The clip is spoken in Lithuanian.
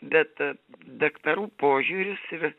bet daktarų požiūris ir